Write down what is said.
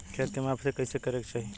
खेत के माफ़ी कईसे करें के चाही?